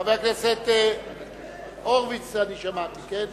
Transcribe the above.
חבר הכנסת הורוביץ, אני שמעתי, כן?